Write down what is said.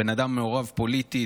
בן אדם מעורב פוליטית.